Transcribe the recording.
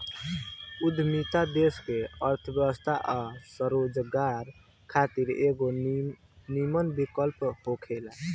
उद्यमिता देश के अर्थव्यवस्था आ स्वरोजगार खातिर एगो निमन विकल्प होखेला